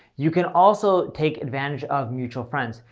you can also take advantage of mutual friends.